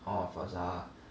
orh Forza